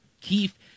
Keith